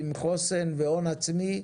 עם חוסן והון עצמי,